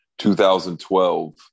2012